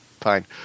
fine